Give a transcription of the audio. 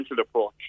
approach